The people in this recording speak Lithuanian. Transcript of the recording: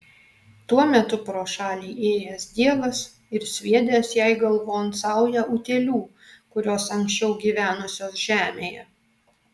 tuo metu pro šalį ėjęs dievas ir sviedęs jai galvon saują utėlių kurios anksčiau gyvenusios žemėje